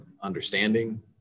understanding